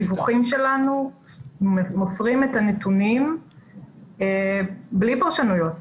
בדיווחים שלנו מוסרים את הדיווחים בלי פרשנויות.